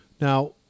Now